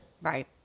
Right